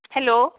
hello